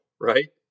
right